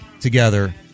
together